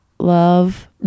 love